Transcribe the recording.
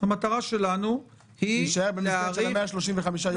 המטרה שלנו היא להאריך --- להישאר במסגרת 135 יום?